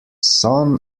son